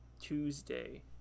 Tuesday